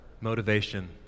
motivation